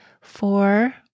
Four